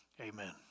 Amen